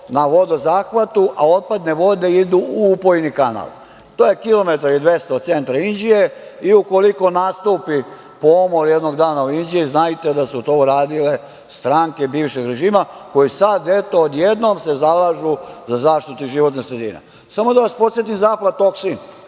na vodozahvatu, a otpadne vode idu u upojni kanal. To je kilometar i 200 od centra Inđije i ukoliko nastupi pomor jednog dana u Inđiji, znate da su to uradile stranke bivšeg režima koje se sada odjednom zalažu za zaštitu životne sredine. Samo da vas podsetim za aflatoksin